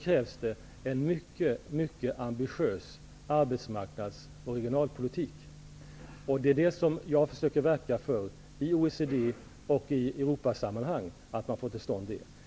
krävs det en mycket ambitiös arbetsmarknads och regionalpolitik. Att man skall få till stånd detta försöker jag verka för i OECD och i Europasammanhang.